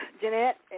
Jeanette